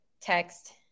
Text